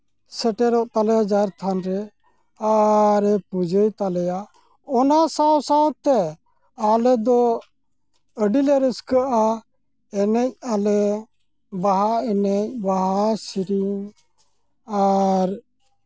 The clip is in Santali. ᱥᱮᱴᱮᱨᱚᱜ ᱛᱟᱞᱮᱭᱟ ᱡᱟᱦᱮᱨ ᱛᱷᱟᱱ ᱨᱮ ᱟᱨᱮᱭ ᱯᱩᱡᱟᱹᱭ ᱛᱟᱞᱮᱭᱟ ᱚᱱᱟ ᱥᱟᱶᱼᱥᱟᱶᱛᱮ ᱟᱞᱮ ᱫᱚ ᱟᱹᱰᱤ ᱞᱮ ᱨᱟᱹᱥᱠᱟᱹᱜᱼᱟ ᱮᱱᱮᱡ ᱟᱞᱮ ᱵᱟᱦᱟ ᱮᱱᱮᱡ ᱵᱟᱦᱟ ᱥᱮᱨᱮᱧ ᱟᱨ